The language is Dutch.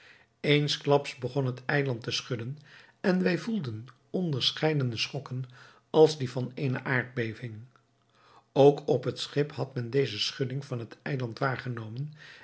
eensklaps begon het eiland te schudden en wij voelden onderscheidene schokken als die van eene aardbeving ook op het schip had men deze schudding van het eiland waargenomen